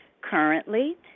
Currently